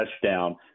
touchdown